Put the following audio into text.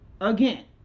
Again